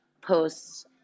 posts